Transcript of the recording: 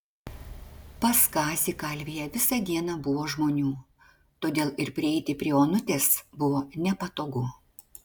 pas kazį kalvėje visą dieną buvo žmonių todėl ir prieiti prie onutės buvo nepatogu